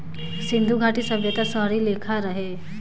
सिन्धु घाटी सभ्यता शहरी लेखा रहे